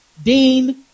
Dean